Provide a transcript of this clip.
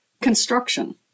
construction